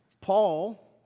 Paul